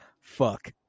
Fuck